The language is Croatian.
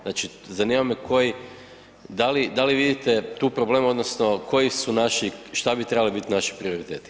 Znači, zanima me koji, da li vidite tu problem odnosno koji su naši, šta bi trebali naši prioriteti?